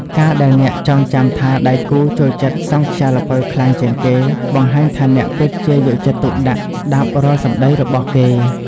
ការដែលអ្នកចងចាំថាដៃគូចូលចិត្ត "សង់ខ្យាល្ពៅ" ខ្លាំងជាងគេ បង្ហាញថាអ្នកពិតជាយកចិត្តទុកដាក់ស្ដាប់រាល់សម្ដីរបស់គេ។